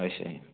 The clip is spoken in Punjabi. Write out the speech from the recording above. ਅੱਛਾ ਜੀ